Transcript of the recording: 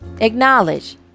acknowledge